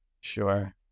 Sure